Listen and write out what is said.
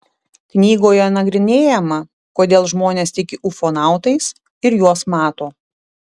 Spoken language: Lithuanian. knygoje nagrinėjama kodėl žmonės tiki ufonautais ir juos mato